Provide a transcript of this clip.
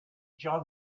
street